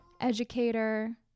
educator